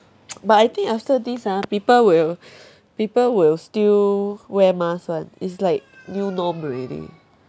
but I think after this ah people will people will still wear mask [one] it's like new norm already